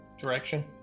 direction